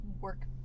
work